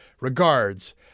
Regards